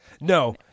No